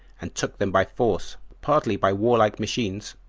and took them by force, partly by warlike machines,